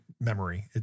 memory